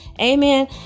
Amen